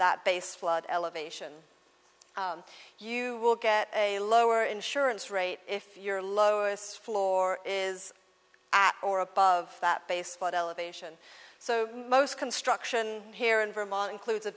that base flood elevation you will get a lower insurance rate if your lowest floor is at or above that base but elevation so most construction here in vermont includes a